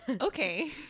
Okay